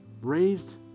raised